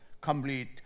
complete